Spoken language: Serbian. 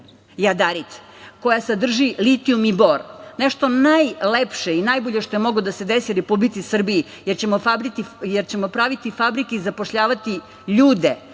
jadarit, koja sadrži litijum i bor, nešto najbolje i najlepše što je moglo da se desi Republici Srbiji, jer ćemo praviti fabrike i zapošljavati ljude.